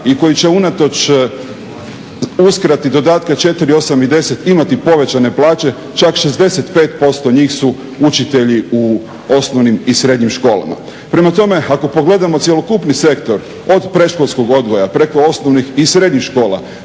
i koji će unatoč uskrati dodatka 4, 8 i 10 imati povećane plaće čak 65% njih su učitelji u osnovnim i srednjim školama. Prema tome, ako pogledamo cjelokupni sektor od predškolskog odgoja, preko osnovnih i srednjih škola